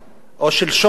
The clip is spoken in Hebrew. או שלשום,